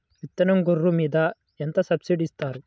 విత్తనం గొర్రు మీద ఎంత సబ్సిడీ ఇస్తారు?